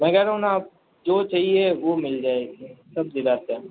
मैं कह रहा हूँ ना आप जो चाहिए वो मिल जाएगी सब दिलाते हैं